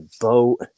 boat